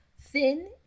thin